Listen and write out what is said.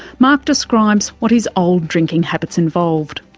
mark describes what his old drinking habits involved.